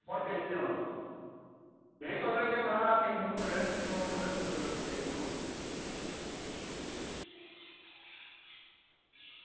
ते इयै में हा तुसें अग्गें मुड़े रक्खे दे होन ते तुस दुकानै र नेईं होन